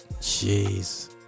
Jeez